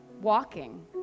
walking